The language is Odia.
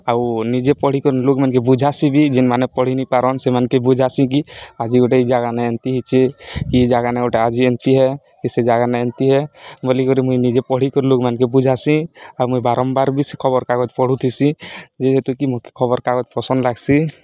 ଆଉ ନିଜେ ପଢ଼ିକରି ଲୋକ୍ମାନ୍କେ ବୁଝାସିଁ ବି ଯେନ୍ମାନେ ପଢ଼ିିନି ପାରନ୍ ସେମାନ୍କେ ବୁଝାସିଁ କି ଆଜି ଗୁଟେ ଇ ଜାଗାନେ ଏନ୍ତି ହେଇଚେ କି ଇ ଜାଗାନେ ଗୁଟେ ଆଜି ଏନ୍ତି ଏ କି ସେ ଜାଗାନେ ଏନ୍ତି ଏ ବୋଲିକରି ମୁଇଁ ନିଜେ ପଢ଼ିକରି ଲୋକ୍ମାନ୍କେ ବୁଝାସିଁ ଆଉ ମୁଇଁ ବାରମ୍ବାର୍ ବି ସେ ଖବର୍କାଗଜ୍ ପଢ଼ୁଥିସି ଯେହେତୁ କି ମୁଇଁ ଖବର୍କାଗଜ୍ ପସନ୍ଦ୍ ଲାଗ୍ସି